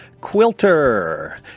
quilter